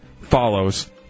Follows